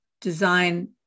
design